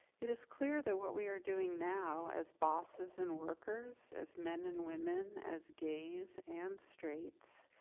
it is clear that what we are doing now as bosses and workers, as men and women, as gays and straights,